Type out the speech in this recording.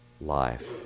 life